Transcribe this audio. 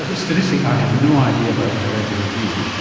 a statistic i had no idea about when i read the review,